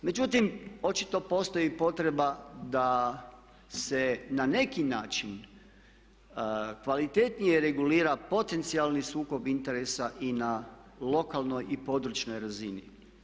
Međutim, očito postoji potreba da se na neki način kvalitetnije regulira potencijalni sukob interesa i na lokalnoj i područnoj razini.